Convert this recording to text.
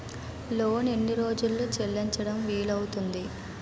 Loan ఎన్ని రోజుల్లో చెల్లించడం వీలు అవుతుంది?